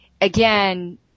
Again